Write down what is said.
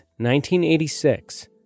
1986